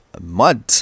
mud